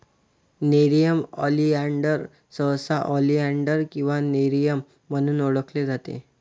nerium oleander सहसा oleander किंवा nerium म्हणून ओळखले जाते